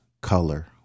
color